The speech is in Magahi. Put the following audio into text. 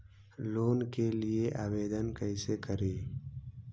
लोन के लिये ऑनलाइन आवेदन कैसे करि?